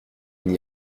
n’y